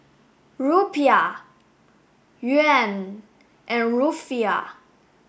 Rupiah Yuan and Rufiyaa